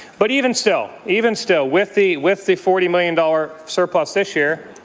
but even still, even still, with the with the forty million dollars surplus this year,